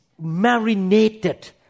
marinated